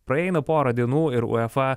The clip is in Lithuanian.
praeina pora dienų ir uefa